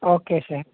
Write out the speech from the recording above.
okay sir